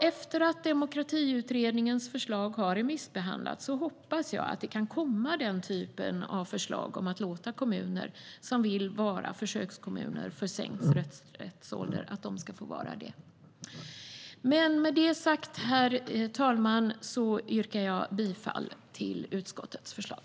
Efter att Demokratiutredningens förslag har remissbehandlats hoppas jag att det kan komma den typen av förslag att låta kommuner som vill vara försökskommuner för sänkt rösträttsålder få vara det. Herr talman! Med det sagt yrkar jag bifall till utskottets förslag.